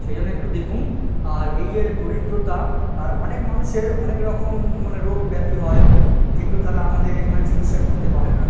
সেই জন্য একটু দেখুন আর এই যে দরিদ্রতা আর অনেক মানুষের অনেক রকম মানে রোগ ব্যাধি হয় যেগুলো তারা আমাদের এখানে চিকিৎসা করতে পারে না